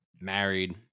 married